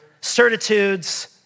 certitudes